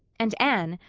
and anne,